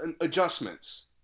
adjustments